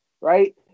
right